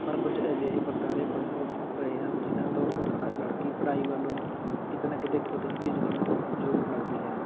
ਪਰ ਕੁਝ ਅਜਿਹੇ ਵਰਤਾਰੇ ਪਨਪ ਰਹੇ ਹਨ ਜਿਨ੍ਹਾਂ ਤੋਂ ਲੜਕੀ ਪੜ੍ਹਾਈ ਵੱਲੋਂ ਕਿਤੇ ਨਾ ਕਿਤੇ ਖੁਦ ਹੀ ਝਿਜਕਣ ਜ਼ਰੂਰ ਲੱਗਦੀ ਹੈ